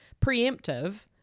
Preemptive